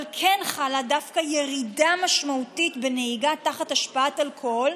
אבל דווקא כן חלה ירידה משמעותית בנהיגה תחת השפעת אלכוהול,